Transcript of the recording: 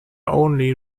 only